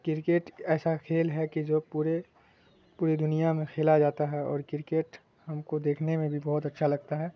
cricket ایسا کھیل ہے کہ جو پورے پوری دنیا میں کھیلا جاتا ہے اور کرکٹ ہم کو دیکھنے میں بھی بہت اچھا لگتا ہے